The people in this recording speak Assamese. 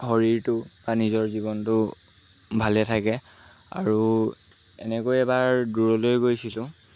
শৰীৰটো বা নিজৰ জীৱনটো ভালে থাকে আৰু এনেকৈ এবাৰ দূৰলৈ গৈছিলোঁ